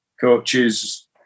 coaches